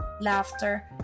laughter